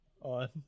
on